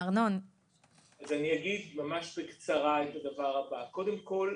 אגיד ממש בקצרה את הדבר הבא: קודם כול,